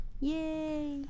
Yay